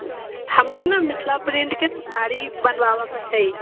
हमरा ने मिथिला प्रिंटके ने साड़ी बनवाबयके छै